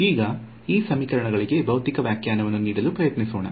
ಈಗ ಈ ಸಮೀಕರಣಗಳಿಗೆ ಭೌತಿಕ ವ್ಯಾಖ್ಯಾನವನ್ನು ನೀಡಲು ಪ್ರಯತ್ನಿಸೋಣ